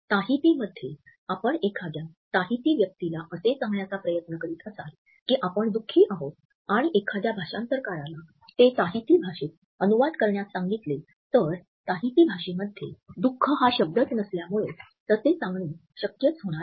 ताहितीमध्ये आपण एखाद्या ताहिती व्यक्तीला असे सांगण्याचा प्रयत्न करीत असाल की आपण दुखी आहोत आणि एखाद्या भाषांतरकाला ते ताहिती भाषेत अनुवाद करण्यास सांगितले तर ताहिती भाषेमध्ये दुख हा शब्दच नसल्यामुळे तसे सांगणे शक्यच होणार नाही